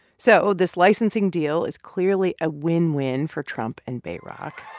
so this licensing deal is clearly a win-win for trump and bayrock